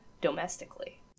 domestically